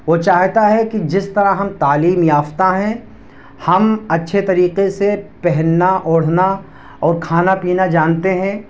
وہ چاہتا ہے کہ جس طرح ہم تعلیم یافتہ ہیں ہم اچھے طریقے سے پہننا اوڑھنا اور کھانا پینا جانتے ہیں